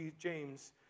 James